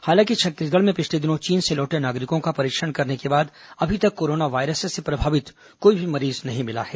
हालांकि छत्तीसगढ़ में पिछले दिनों चीन से लौटे नागरिकों का परीक्षण करने के बाद अभी तक कोरोना वायरस से प्रभावित कोई भी मरीज नहीं मिला है